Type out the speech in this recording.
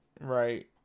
Right